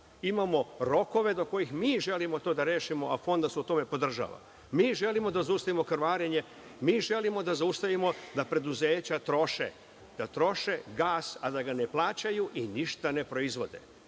Imamo rokove do kojih mi želimo to da rešimo, a fond nas u tome podržava. Mi želimo da zaustavimo krvarenje. Mi želimo da zaustavimo da preduzeća troše, da troše gas, a da ga ne plaćaju i ništa ne proizvode.